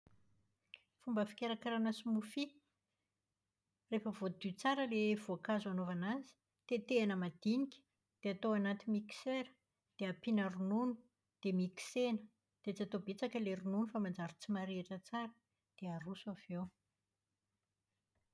Fomba fikarakarana smoothie. Rehefa voadio tsara ilay voankazo hanaovana azy, tetehina madinika dia atao anaty mixeur dia ampiana ronono. Dia mikséna. Dia tsy atao betsaka ilay ronono fa manjary tsy marihitra tsara. Dia aroso avy eo.